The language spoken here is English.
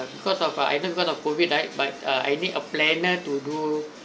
uh because of I think because of COVID right uh I need a planner to do